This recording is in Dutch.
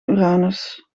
uranus